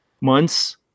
months